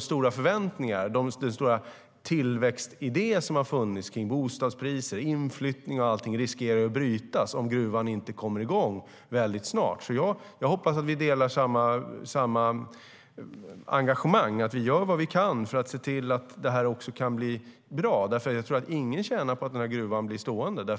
stora förväntningar och den stora tillväxtidé som har funnits när det gäller bostadspriser, inflyttning och allting riskerar att brytas om gruvan inte kommer igång väldigt snart. Jag hoppas att vi delar samma engagemang och att vi gör vad vi kan för att se till att detta blir bra, för ingen tjänar på att gruvan blir stående.